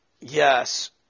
Yes